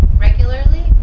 regularly